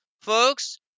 folks